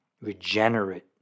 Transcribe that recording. regenerate